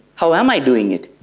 how am i doing it?